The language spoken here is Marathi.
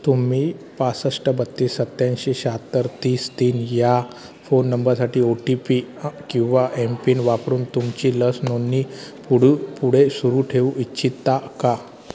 तुम्ही पासष्ट बत्तीस सत्यांऐंशी शहात्तर तीस तीन या फोन नंबरसाठी ओ टी पी किंवा एमपिन वापरून तुमची लस नोंदणी पुढू पुढे सुरू ठेवू इच्छितता का